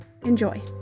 Enjoy